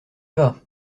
pas